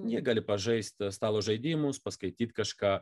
jie gali pažaisti stalo žaidimus paskaityti kažką